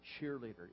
cheerleader